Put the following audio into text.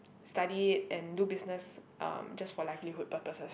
study and do business um just for livelihood purposes